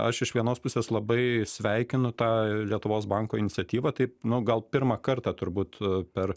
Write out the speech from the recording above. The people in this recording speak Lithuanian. aš iš vienos pusės labai sveikinu tą lietuvos banko iniciatyvą taip nu gal pirmą kartą turbūt per